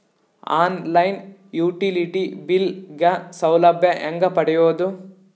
On line utility bill ಗ ಸೌಲಭ್ಯ ಹೇಂಗ ಪಡೆಯೋದು?